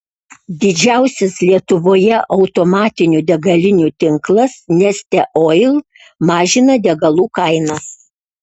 didžiausias lietuvoje automatinių degalinių tinklas neste oil mažina degalų kainas